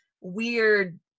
weird